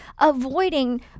avoiding